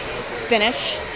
spinach